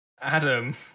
Adam